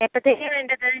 എപ്പോഴത്തേക്കാണ് വേണ്ടത്